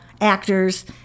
actors